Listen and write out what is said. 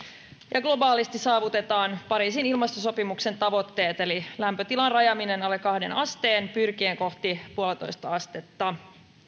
ja globaalisti saavutetaan pariisin ilmastosopimuksen tavoitteet eli lämpötilan rajaaminen alle kahteen asteen pyrkien kohti puoltatoista astetta